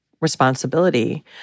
responsibility